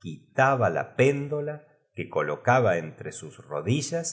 quitaba la péndola que colocal a monótona y chillona que daba oua por entl'e sus rodillas